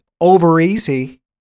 over-easy